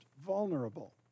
vulnerable